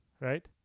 right